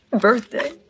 birthday